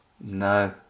No